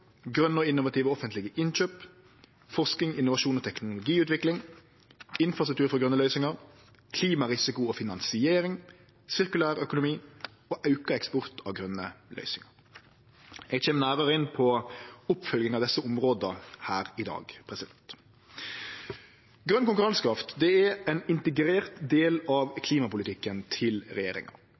og innovative offentlege innkjøp forsking, innovasjon og teknologiutvikling infrastruktur for grøne løysingar klimarisiko og finansiering sirkulær økonomi auka eksport av grøne løysingar Eg kjem nærare inn på oppfølginga av desse områda her i dag. Grøn konkurransekraft er ein integrert del av klimapolitikken til regjeringa.